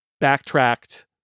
backtracked